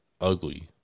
ugly